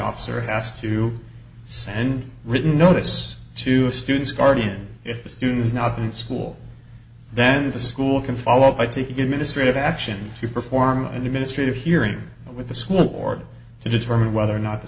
officer asked to send written notice to students guardian if the student is not in school then the school can follow by taking the ministry of action to perform a new ministry of hearing with the school board to determine whether or not the